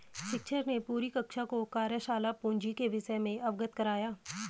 शिक्षक ने पूरी कक्षा को कार्यशाला पूंजी के विषय से अवगत कराया